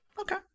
okay